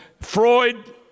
Freud